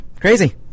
crazy